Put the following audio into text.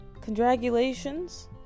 Congratulations